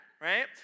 right